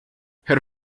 her